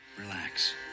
Relax